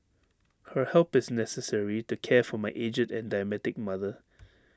her help is necessary to care for my aged and diabetic mother